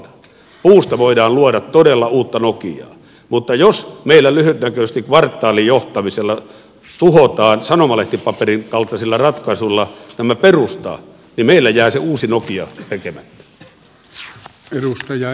puusta voidaan luoda todella uutta nokiaa mutta jos meillä lyhytnäköisesti kvartaalijohtamisella tuhotaan sanomalehtipaperin kaltaisilla ratkaisuilla tämä perusta niin meillä jää se uusi nokia tekemättä